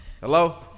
Hello